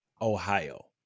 Ohio